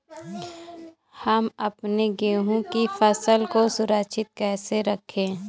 हम अपने गेहूँ की फसल को सुरक्षित कैसे रखें?